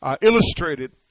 illustrated